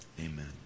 Amen